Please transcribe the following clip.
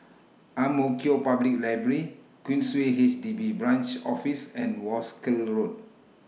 Ang Mo Kio Public Library Queensway H D B Branch Office and Wolskel Road